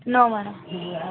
no madam